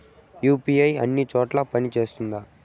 UPI అన్ని చోట్ల పని సేస్తుందా?